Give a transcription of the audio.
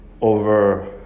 over